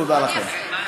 תודה לכם.